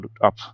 up